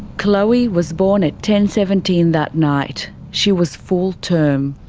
chloe was born at ten. seventeen that night. she was full term.